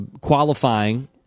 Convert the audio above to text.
qualifying